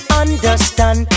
understand